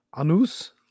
Anus